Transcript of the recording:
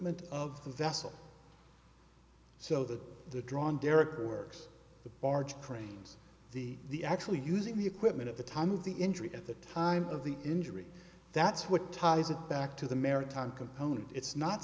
the vessel so that the drawn derocher works the barge cranes the the actually using the equipment at the time of the injury at the time of the injury that's what ties it back to the maritime component it's not